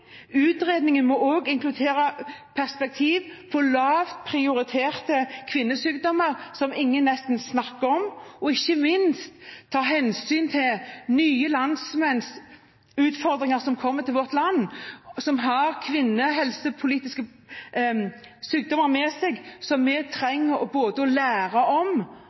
Utredningen må også inkludere perspektiv på lavt prioriterte kvinnesykdommer som nesten ingen snakker om, og ikke minst ta hensyn til nye landsmenns utfordringer – kvinner som kommer til vårt land, og som har sykdommer med seg som vi trenger å lære om